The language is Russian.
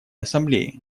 ассамблеи